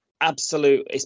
absolute